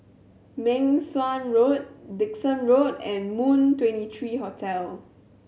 Meng Suan Road Dickson Road and Moon Twenty three Hotel